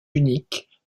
unique